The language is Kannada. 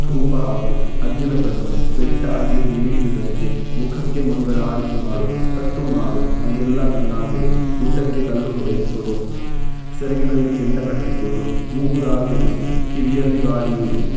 ಧೂಪ ಹಾಕು ಹದ್ದಿನ ಕಣ್ಣು ಬೆಟ್ಟ ಅಗೆದು ಇಲಿ ಹಿಡಿದಂತೆ ಮುಖಕ್ಕೆ ಮಂಗಳಾರತಿ ಮಾಡು ಕಟ್ಟು ಮಾಡು ಮೈಯೆಲ್ಲಾ ಕಣ್ಣಾಗಿರು ಗುಡ್ಡಕ್ಕೆ ಕಲ್ಲು ಹೊಡೆದರು ಸೆರಗಿನಲ್ಲಿ ಕೆಂಡ ಕಟ್ಟಿಕೊಳ್ಳು ಮೂಗುದಾರ ತೊಡಿಸು ಕಿವಿಯಲ್ಲಿ ಗಾಳಿಯೂದು